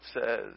says